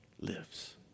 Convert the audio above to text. lives